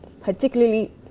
particularly